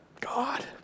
God